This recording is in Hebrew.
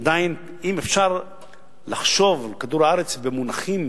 עדיין, אם אפשר לחשוב על כדור-הארץ במונחים